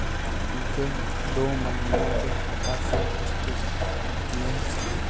हमके दो महीना के खाता के स्टेटमेंट चाही?